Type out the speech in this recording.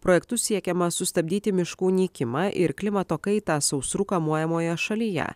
projektu siekiama sustabdyti miškų nykimą ir klimato kaitą sausrų kamuojamoje šalyje